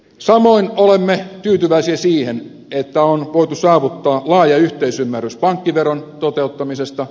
samoin olemme tyytyväisiä siihen että on voitu saavuttaa laaja yhteisymmärrys pankkiveron toteuttamisesta